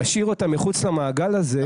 להשאיר אותם מחוץ למעגל הזה,